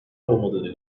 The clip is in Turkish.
olmadığını